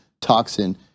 toxin